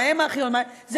מה